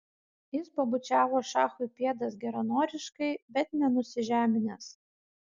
jis pabučiavo šachui pėdas geranoriškai bet ne nusižeminęs